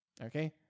okay